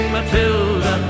Matilda